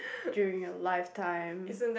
during your lifetime